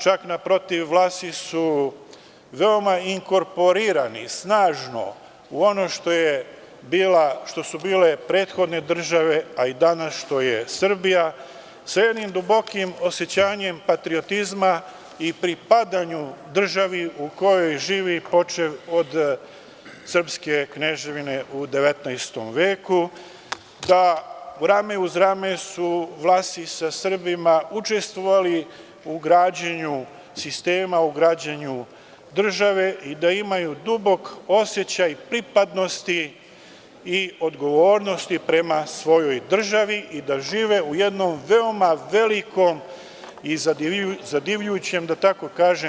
Čak, naprotiv, Vlasi su veoma inkorporirani snažno u ono što su bile prethodne države, a i danas što je Srbija sa jednim dubokim osećanjem patriotizma i pripadanju državi u kojoj živi počev od Srpske kneževine u 19. veku, da su rame uz rame Vlasi sa Srbima učestvovali u građenju sistema, u građenju države i da imaju dubok osećaj pripadnosti i odgovornosti prema svojoj državi i da žive u jednom veoma velikom i zadivljujućem